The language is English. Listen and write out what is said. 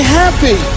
happy